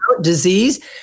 disease